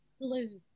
Blue